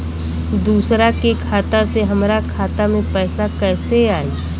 दूसरा के खाता से हमरा खाता में पैसा कैसे आई?